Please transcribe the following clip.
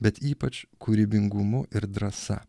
bet ypač kūrybingumu ir drąsa